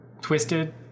Twisted